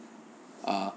uh